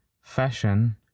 Fashion